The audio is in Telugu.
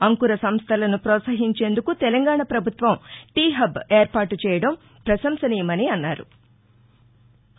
అంకుర సంస్టలను ప్రోత్సహించేందుకు తెలంగాణ ప్రభుత్వం టీ హబ్ ఏర్పాటు చేయడం ప్రపశంసనీయమని అన్నారు